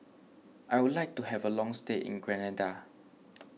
I would like to have a long stay in Grenada